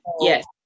yes